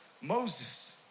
Moses